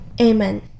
Amen